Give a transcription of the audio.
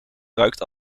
ruikt